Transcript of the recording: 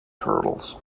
turtles